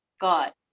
god